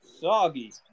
soggy